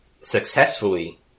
successfully